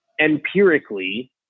empirically